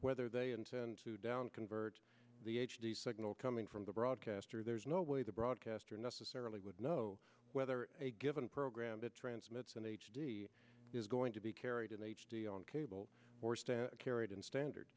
whether they intend to down convert the h d signal coming from the broadcaster there's no way the broadcaster necessarily would know whether a given programme that transmits an h d is going to be carried in h d on cable or stand carried in standard